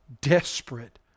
desperate